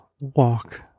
walk